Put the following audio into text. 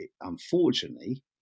unfortunately